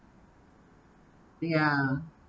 ya